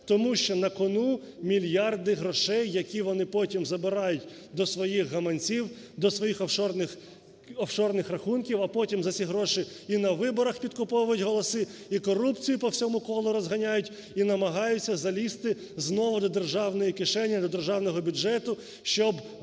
Тому що на кону мільярди грошей, які вони потім забирають до своїх гаманців, до своїх офшорних рахунків. А потім за ці гроші і на виборах підкуповують голоси, і корупцію по всьому колу розганяють, і намагаються залізти знову до державної кишені, до державного бюджету, щоб бути